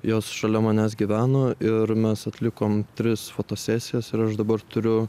jos šalia manęs gyveno ir mes atlikom tris fotosesijas ir aš dabar turiu